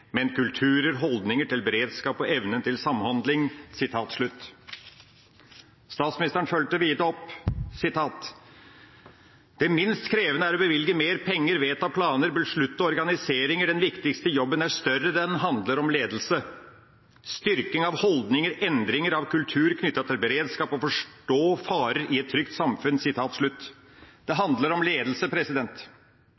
men kulturer, holdninger til beredskap og evnen til samhandling.» Statsministeren fulgte videre opp: «Det minst krevende er å bevilge mer penger, vedta planer. Beslutte omorganiseringer. Den viktigste jobben er større. Den handler om ledelse. Styrking av holdninger. Endring av kulturer knyttet til beredskap. Å forstå farer i et trygt samfunn.» «Det handler om ledelse.»